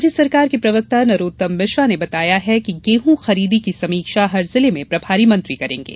राज्य सरकार के प्रवक्ता नरोत्तम मिश्रा ने बताया है कि गेहू खरीदी की समीक्षा हर जिले में प्रभारी मंत्री करेंगे